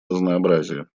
разнообразия